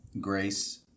grace